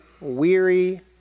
weary